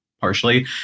partially